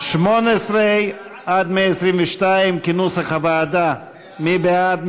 18 122 כנוסח הוועדה, מי בעד?